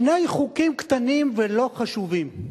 שני חוקים קטנים ולא חשובים.